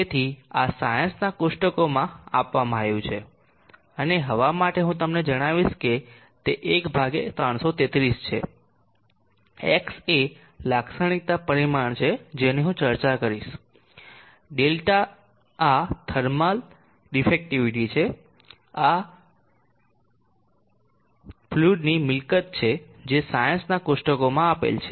તેથી આ સાયન્સના કોષ્ટકોમાં આપવામાં આવ્યું છે અને હવા માટે હું તમને જણાવીશ તે 1330 છે X એ લાક્ષણિકતા પરિમાણ છે જેની હું ચર્ચા કરીશ δ આ થર્મલ ડિફેસિવીટી છે આ ફ્લુઈડની મિલકત છે જે સાયન્સ ના કોષ્ટકોમાં આપેલ છે